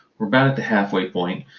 we're about at the halfway point.